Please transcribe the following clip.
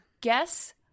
guess